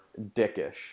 dickish